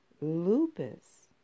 Lupus